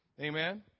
Amen